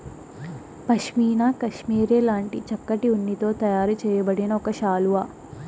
pashmina cashmere లాంటి చక్కటి ఉన్నితో తయారు చేయబడిన ఒక శాలువా